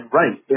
right